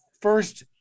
first